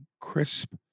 Crisp